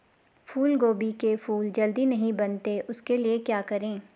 फूलगोभी के फूल जल्दी नहीं बनते उसके लिए क्या करें?